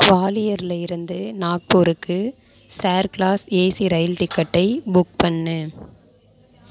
குவாலியரில் இருந்து நாக்பூருக்கு sir class AC ரயில் டிக்கெட்டை புக் பண்ணு